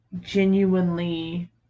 genuinely